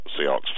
Seahawks